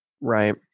Right